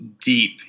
deep